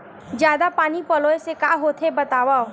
जादा पानी पलोय से का होथे बतावव?